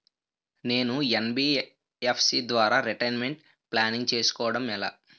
నేను యన్.బి.ఎఫ్.సి ద్వారా retirement planning చేసుకోవడం ఎలా?